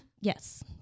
Yes